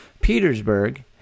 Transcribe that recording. Petersburg